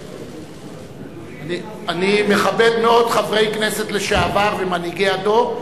אני מכבד מאוד חברי כנסת לשעבר ומנהיגי הדור.